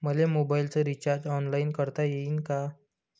मले मोबाईलच recharge online करता येईन का?